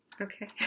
Okay